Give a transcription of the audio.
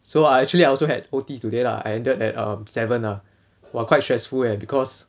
so I actually I also had O_T today lah I ended at um seven ah !wah! quite stressful leh because